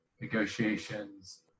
negotiations